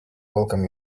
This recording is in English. welcome